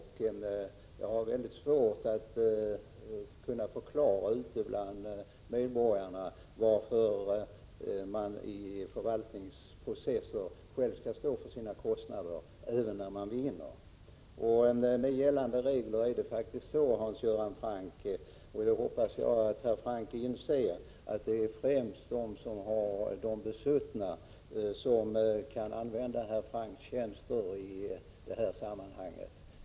Det är mycket svårt för mig att förklara för medborgarna varför den enskilde i förvaltningsprocesser själv skall stå för sina kostnader, även när vederbörande vinner ett mål. När det gäller nuvarande regler är det faktiskt så — och det hoppas jag att herr Franck inser — att det är främst de besuttna som kan dra nytta av herr Francks tjänster i detta sammanhang.